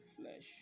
flesh